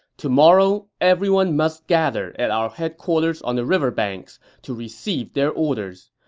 tomorrow, everyone must gather at our headquarters on the river banks to receive their orders.